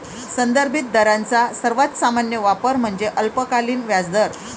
संदर्भित दरांचा सर्वात सामान्य वापर म्हणजे अल्पकालीन व्याजदर